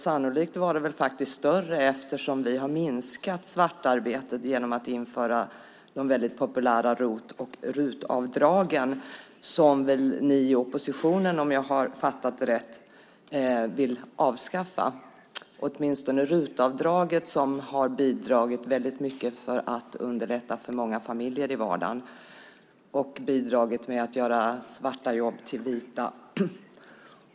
Sannolikt var det större, eftersom vi har minskat svartarbetet genom att införa de väldigt populära ROT och RUT-avdragen som ni i oppositionen, om jag har fattat det rätt, vill avskaffa. Det gäller åtminstone RUT-avdraget som har bidragit väldigt mycket till att underlätta för många familjer i vardagen och även bidragit till att göra svarta jobb till vita.